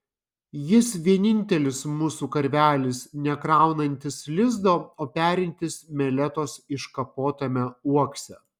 jis vienintelis mūsų karvelis nekraunantis lizdo o perintis meletos iškapotame uokse